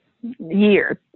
Years